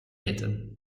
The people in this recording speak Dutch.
eten